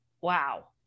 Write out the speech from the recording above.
Wow